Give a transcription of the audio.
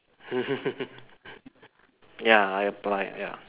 ya I applied ya